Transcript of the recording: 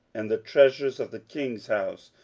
and the treasures of the king's house,